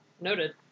Noted